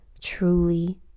truly